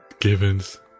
Givens